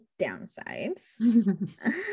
downsides